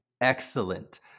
Excellent